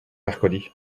mercredi